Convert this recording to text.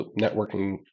networking